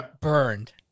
burned